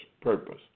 purpose